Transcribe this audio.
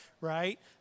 Right